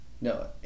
No